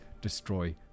destroy